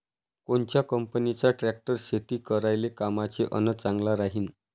कोनच्या कंपनीचा ट्रॅक्टर शेती करायले कामाचे अन चांगला राहीनं?